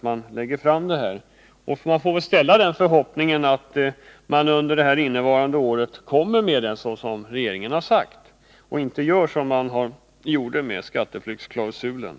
Man får väl ställa den förhoppningen att regeringen verkligen lägger fram detta förslag och inte gör som med skatteflyktsklausulen.